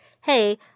hey